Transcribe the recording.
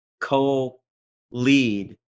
co-lead